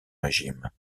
régime